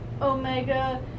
Omega